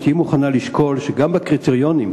האם תהיי מוכנה לשקול שגם בקריטריונים,